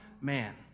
man